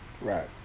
Right